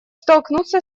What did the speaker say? столкнуться